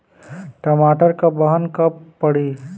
टमाटर क बहन कब पड़ी?